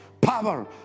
power